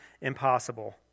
impossible